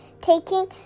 taking